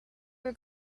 were